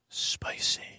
Spicy